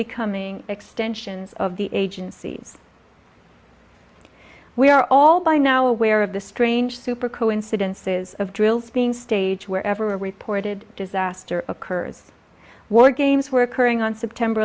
becoming extensions of the agencies we are all by now aware of the strange super coincidences of drills being stage where ever reported disaster occurs wargames were occurring on september